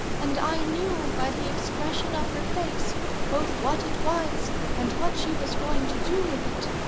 and i knew by the expression of her face both what it was and what she was going to do with it.